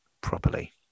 properly